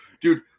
Dude